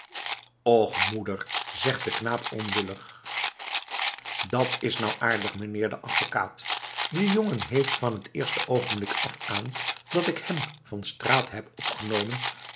och moeder zegt de knaap onwillig dat is nou aardig meneer de avekaat die jongen heeft van het eerste oogenblik af aan dat ik hem van straat heb opgenomen